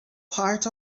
part